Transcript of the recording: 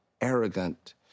arrogant